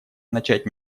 начать